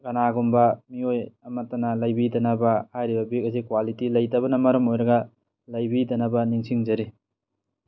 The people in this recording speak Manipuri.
ꯀꯅꯥꯒꯨꯝꯕ ꯃꯤꯑꯣꯏ ꯑꯃꯠꯇꯅ ꯂꯩꯕꯤꯗꯅꯕ ꯍꯥꯏꯔꯤꯕ ꯕꯦꯛ ꯑꯁꯤ ꯀ꯭ꯋꯥꯂꯤꯇꯤ ꯂꯩꯇꯕꯅ ꯃꯔꯝ ꯑꯣꯏꯔꯒ ꯂꯩꯕꯤꯗꯅꯕ ꯅꯤꯡꯁꯤꯡꯖꯔꯤ